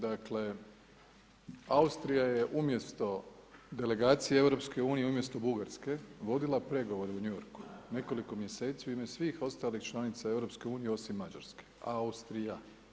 Dakle, Austrija je umjesto delegacije EU umjesto Bugarske vodila pregovore u New Yorku, nekoliko mjeseci u ime svih ostalih članica EU osim Mađarske, Austrija.